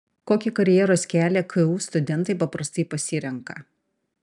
kokį karjeros kelią ku studentai paprastai pasirenka